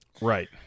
Right